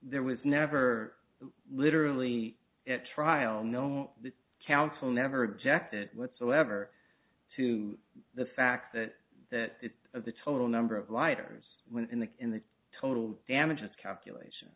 there was never literally at trial no counsel never objected whatsoever to the fact that that of the total number of lighters went in the in the total damages calculation